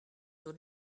sur